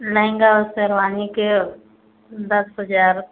लहँगा और शेरवानी के दस हज़ार